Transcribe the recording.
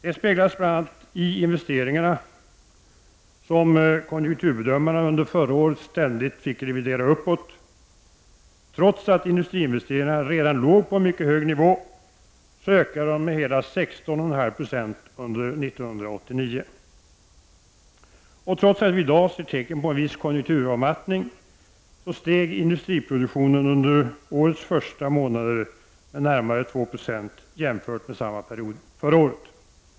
Det speglas bl.a. i investeringarna, Konjunkturbedömarna fick under förra året ständigt justera sina prognoser uppåt. Trots att industriinvesteringarna redan låg högt, ökade de med hela 16,5 96 under 1989. Och trots att vi i dag ser tecken på en viss konjunkturavmattning steg industriproduktionen under årets första månader med närmare 2 20 jämfört med samma period förra året.